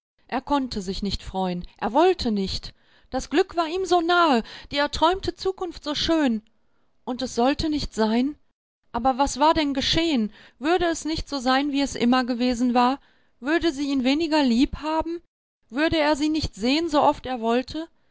er konnte sich nicht freuen er wollte nicht das glück war ihm so nahe die erträumte zukunft so schön und es sollte nicht sein aber was war denn geschehen würde es nicht so sein wie es immer gewesen war würde sie ihn weniger lieb haben würde er sie nicht sehen so oft er wollte